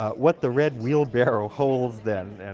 ah what the red wheelbarrow holds, then, and